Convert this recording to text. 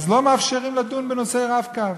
אז לא מאפשרים לדון בנושא ה"רב-קו",